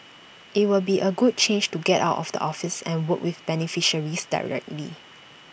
IT would be A good change to get out of the office and work with beneficiaries directly